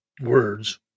words